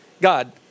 God